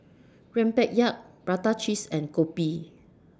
Rempeyek Prata Cheese and Kopi